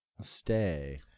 stay